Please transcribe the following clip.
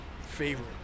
favorite